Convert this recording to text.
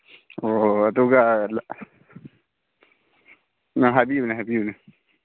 ꯑꯣ ꯑꯗꯨꯒ ꯅꯪ ꯍꯥꯏꯕꯤꯌꯨꯅꯦ ꯍꯥꯏꯕꯤꯌꯨꯅꯦ